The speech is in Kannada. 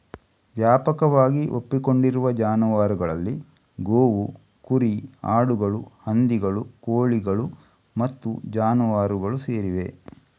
ವ್ಯಾಪಕವಾಗಿ ಒಪ್ಪಿಕೊಂಡಿರುವ ಜಾನುವಾರುಗಳಲ್ಲಿ ಗೋವು, ಕುರಿ, ಆಡುಗಳು, ಹಂದಿಗಳು, ಕೋಳಿಗಳು ಮತ್ತು ಜಾನುವಾರುಗಳು ಸೇರಿವೆ